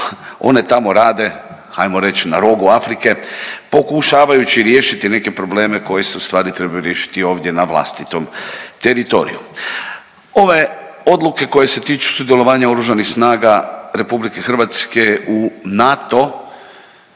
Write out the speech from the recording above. one tamo rade ajmo reć na rogu Afrike pokušavajući riješiti neke probleme koje se ustvari trebaju riješiti ovdje na vlastitom teritoriju? Ove odluke koje se tiču sudjelovanja Oružanih snaga RH u NATO